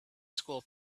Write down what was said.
school